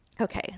Okay